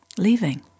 Leaving